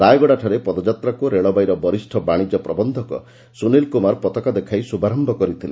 ରାୟଗଡ଼ାଠାରେ ପଦଯାତ୍ରାକୁ ରେଳବାଇର ବରିଷ୍ ବାଣିଜ୍ୟ ପ୍ରବକ୍ଷକ ସୁନିଲ୍ କୁମାର ପତାକା ଦେଖାଇ ଶୁଭାରୟ କରିଥିଲେ